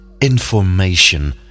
information